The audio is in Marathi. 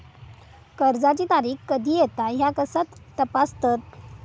कर्जाची तारीख कधी येता ह्या कसा तपासतत?